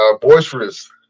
boisterous